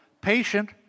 patient